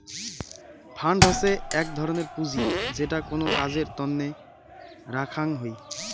fund হসে এক ধরনের পুঁজি যেটো কোনো কাজের তন্নে রাখ্যাং হই